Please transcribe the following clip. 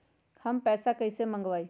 हम पैसा कईसे मंगवाई?